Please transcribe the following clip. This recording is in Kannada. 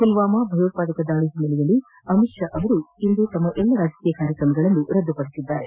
ಪುಲ್ಲಾಮಾ ಭಯೋತ್ಪಾದಕ ದಾಳಿಯ ಹಿನ್ನೆಲೆಯಲ್ಲಿ ಅಮಿತ್ ಷಾ ಅವರು ಇಂದಿನ ತಮ್ಮ ಎಲ್ಲ ರಾಜಕೀಯ ಕಾರ್ಯಕ್ರಮಗಳನ್ನು ರದ್ದು ಪಡಿಸಿದ್ದಾರೆ